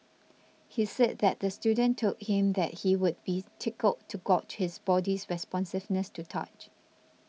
he said that the student told him that he would be tickled to gauge his body's responsiveness to touch